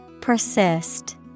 Persist